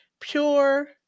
pure